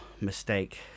mistake